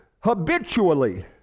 habitually